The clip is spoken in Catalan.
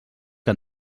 que